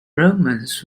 romans